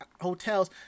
hotels